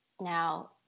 Now